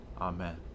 Amen